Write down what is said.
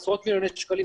עשרות מיליוני שקלים,